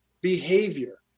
behavior